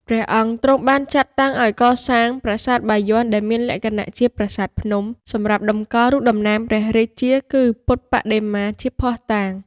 ព្រះអង្គទ្រង់បានចាត់តាំងឱ្យកសាង ប្រាសាទបាយ័នដែលមានលក្ខណៈជាប្រាសាទភ្នំ សម្រាប់តម្កល់រូបតំណាងព្រះរាជា គឺពុទ្ធបដិមាជាភ័ស្តុតាង។